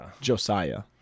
Josiah